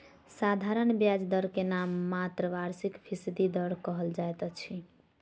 साधारण ब्याज दर के नाममात्र वार्षिक फीसदी दर कहल जाइत अछि